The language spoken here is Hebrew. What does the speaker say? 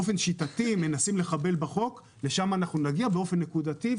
באופן שיטתי לחבל בחוק לשם נגיע באופן נקודתי.